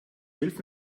hilf